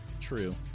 True